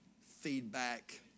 feedback